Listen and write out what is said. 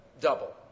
double